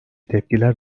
tepkiler